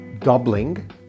doubling